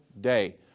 day